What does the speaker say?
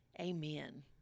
amen